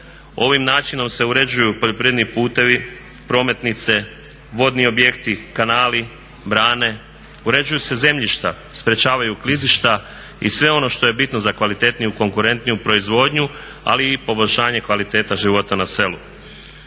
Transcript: Ovim načinom se uređuju poljoprivredni putevi, prometnice, vodni objekti, kanali, brane, uređuju se zemljišta, sprečavaju klizišta i sve ono što je bitno za kvalitetniju i konkurentniju proizvodnju ali i poboljšanje kvalitete života na selu.